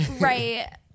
Right